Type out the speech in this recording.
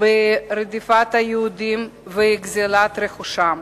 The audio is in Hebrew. ברדיפת היהודים וגזלת רכושם.